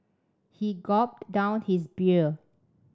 he gulped down his beer